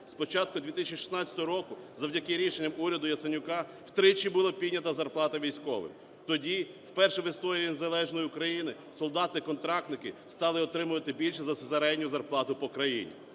початку 2016 року завдяки рішенням уряду Яценюка втричі була піднята зарплата військовим. Тоді вперше в історії незалежної України солдати-контрактники стали отримувати більше за середню зарплату по країні.